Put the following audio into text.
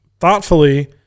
thoughtfully